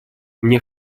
мне